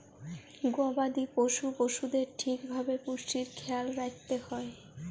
গবাদি পশ্য পশুদের ঠিক ভাবে পুষ্টির খ্যায়াল রাইখতে হ্যয়